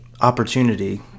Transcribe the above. opportunity